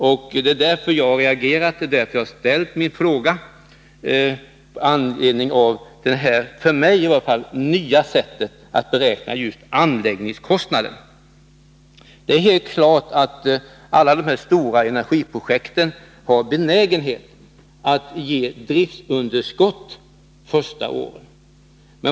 Det är på denna grund jag har reagerat, och jag har ställt min fråga med anledning av det åtminstone för mig nya sättet att beräkna just Det är helt klart att alla dessa stora energiprojekt har en benägenhet att ge driftunderskott under de första åren.